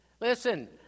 listen